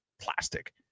plastic